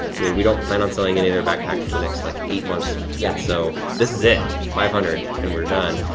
i mean, we don't plan on selling any of their backpacks for the next like eight months. yeah. so, this is it. five hundred and we're done.